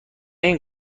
این